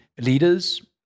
leaders